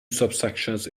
subsections